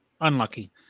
unlucky